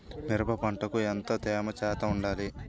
మిరప పంటకు ఎంత తేమ శాతం వుండాలి?